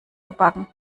gebacken